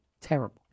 Terrible